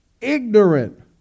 Ignorant